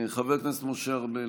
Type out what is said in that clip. חבר הכנסת משה ארבל.